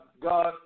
God